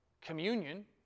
communion